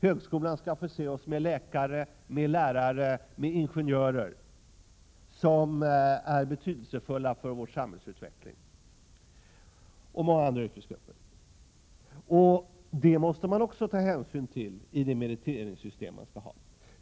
Högskolan skall förse oss med läkare, lärare, ingenjörer och många andra yrkesgrupper som är betydelsefulla för vår samhällsutveckling. Detta måste man också ta hänsyn till i det meriteringssystem som man skall ha.